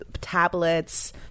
tablets